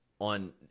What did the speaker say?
on